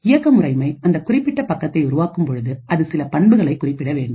இயக்க முறைமை அந்த குறிப்பிட்ட பக்கத்தை உருவாக்கும் பொழுது அது சில பண்புகளை குறிப்பிட வேண்டும்